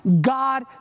God